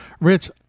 Rich